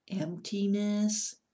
emptiness